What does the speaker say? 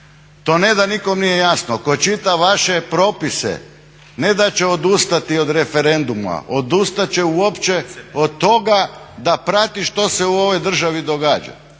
To ne da nikom nije jasno tko čita vaše propise ne da će odustati od referenduma, odustat će uopće od toga da prati što se u ovoj državi događa.